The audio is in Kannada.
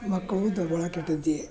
ಮಕ್ಕಳು